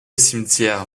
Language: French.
cimetière